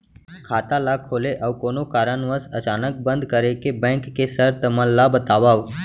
खाता ला खोले अऊ कोनो कारनवश अचानक बंद करे के, बैंक के शर्त मन ला बतावव